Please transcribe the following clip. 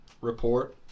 Report